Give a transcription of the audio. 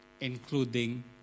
including